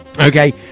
Okay